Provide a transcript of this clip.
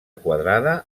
quadrada